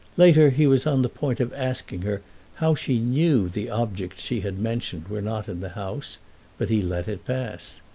later he was on the point of asking her how she knew the objects she had mentioned were not in the house but he let it pass.